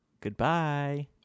Goodbye